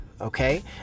okay